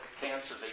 cancer